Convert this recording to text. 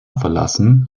verlassen